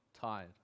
tired